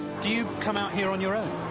do you come out here on your own?